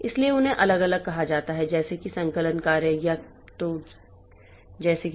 इसलिए उन्हें अलग अलग कहा जाता है जैसे कि संकलन कार्य या तो जैसे कि